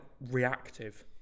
reactive